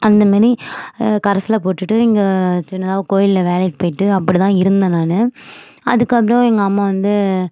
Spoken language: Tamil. அந்த மாரி கரஸில் போட்டுவிட்டு இங்கே சின்னதாக கோயிலில் வேலைக்கு போயிவிட்டு அப்படிதான் இருந்தேன் நான் அதற்கப்பறம் எங்கள் அம்மா வந்து